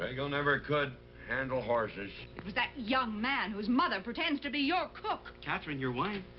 drago never could handle horses. it was that young man whose mother pretends to be your cook! katherine, your wine.